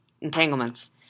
entanglements